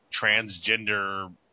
transgender